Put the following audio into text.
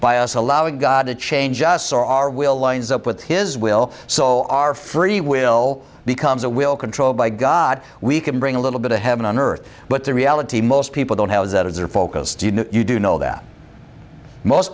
by us allowing god to change us or our will lines up with his will so our free will becomes a will control by god we can bring a little bit of heaven on earth but the reality most people don't have is that if they're focused you know you do know that most